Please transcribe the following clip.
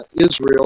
Israel